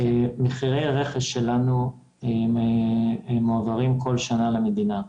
מחירי הרכש שלנו מועברים כל שנה למדינה,